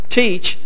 teach